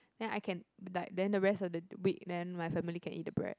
ya I can like then the rest of the week then my family can eat the bread